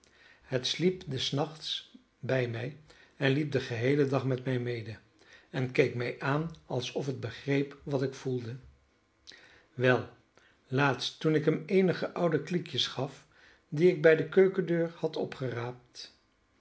het sliep des nachts bij mij en liep den geheelen dag met mij mede en keek mij aan alsof het begreep wat ik voelde wel laatst toen ik hem eenige oude kliekjes gaf die ik bij de keukendeur had opgeraapt